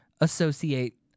associate